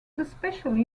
especially